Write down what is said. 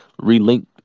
relinked